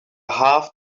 half